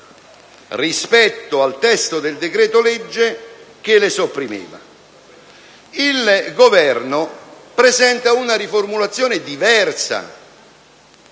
rispetto al testo del decreto‑legge che invece le sopprimeva. Il Governo presenta una riformulazione diversa